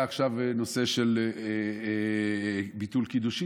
היה עכשיו נושא של ביטול קידושין,